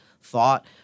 thought